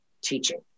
teaching